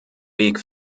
weg